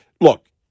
look